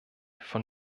von